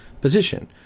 position